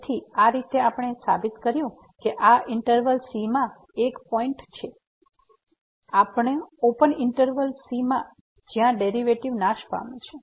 તેથી આ રીતે આપણે આ સાબિત કર્યું છે કે આ ઈંટરવલ c માં એક પોઈન્ટ છે ઓપન ઈંટરવલ c માં જ્યાં ડેરીવેટીવ નાશ પામે છે